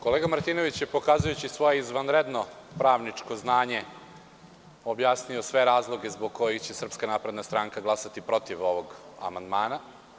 Kolega Martinović je, pokazujući svoje izvanredno pravničko znanje, objasnio sve razloge zbog kojih će SNS glasati protiv ovog amandmana.